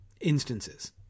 instances